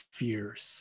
fears